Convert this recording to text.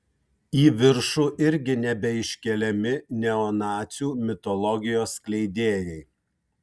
į viršų irgi nebeiškeliami neonacių mitologijos skleidėjai